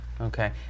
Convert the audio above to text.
Okay